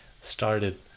started